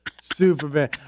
Superman